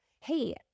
hey